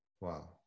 Wow